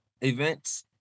events